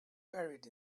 buried